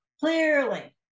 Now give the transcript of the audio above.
clearly